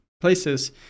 places